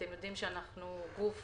אתם יודעים שאנחנו גוף